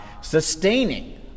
sustaining